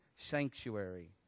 sanctuary